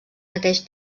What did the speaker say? mateix